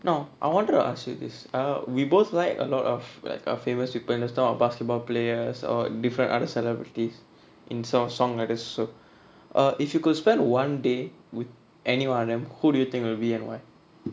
now I wanted to ask you this err we both like a lot of like our famous people in the style of basketball players or different other celebrities and some songwriters also err if you could spend one day with any one of them who do you think will be and why